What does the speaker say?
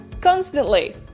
Constantly